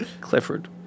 Clifford